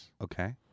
Okay